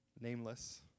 Nameless